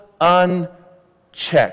unchecked